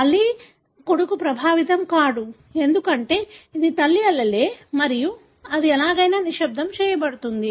మళ్ళీ కొడుకు ప్రభావితం కాదు ఎందుకంటే ఇది తల్లి allele మరియు అది ఎలాగైనా నిశ్శబ్దం చేయబడుతుంది